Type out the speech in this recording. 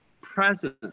present